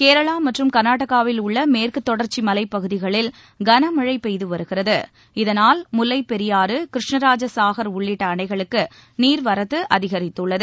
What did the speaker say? கேரளா மற்றும் கர்நாடகாவில் உள்ள மேற்கு தொடர்ச்சி மலைப்பகுதிகளில் கனமழை பெய்து வருகிறது இதனால் முல்லைப்பெரியாறு கிருஷ்ணராஜ சாகர் உள்ளிட்ட அணைகளுக்கு நீர்வரத்து அதிகரித்துள்ளது